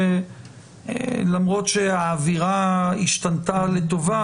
שלמרות שהאווירה השתנתה לטובה,